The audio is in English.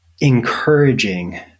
encouraging